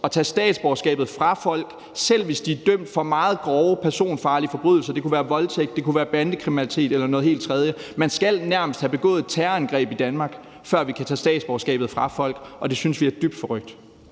at tage statsborgerskabet fra folk, selv hvis de er dømt for meget grove personfarlige forbrydelser; det kunne være voldtægt, det kunne være bandekriminalitet eller noget helt tredje. Man skal nærmest have begået et terrorangreb i Danmark, før vi kan tage statsborgerskabet fra folk, og det synes vi er dybt forrykt.